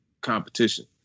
competition